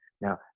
Now